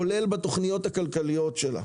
כולל בתכניות הכלכליות שלה,